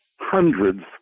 hundreds